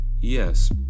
Yes